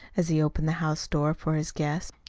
as he opened the house door for his guest.